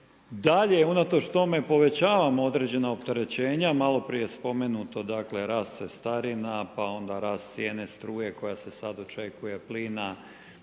dalje unatoč tome povećavamo određena opterećenja. Malo prije je spomenuto, dakle rast cestarina pa onda rast cijene struje koja se sad očekuje plina,